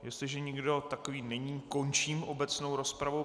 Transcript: Jestliže nikdo takový není, končím obecnou rozpravu.